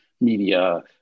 media